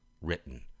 written